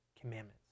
commandments